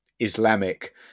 Islamic